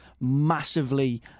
massively